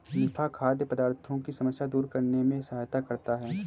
निफा खाद्य पदार्थों की समस्या दूर करने में सहायता करता है